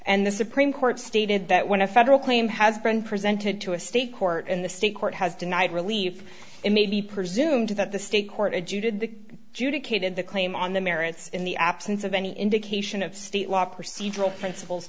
and the supreme court stated that when a federal claim has been presented to a state court and the state court has denied relief it may be presumed that the state court a jew did the juda katyn the claim on the merits in the absence of any indication of state law procedural principles